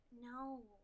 No